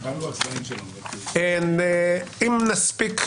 אם נספיק,